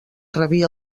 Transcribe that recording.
rebia